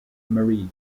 marie